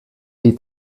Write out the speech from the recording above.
die